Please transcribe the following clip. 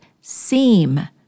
seem